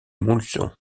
montluçon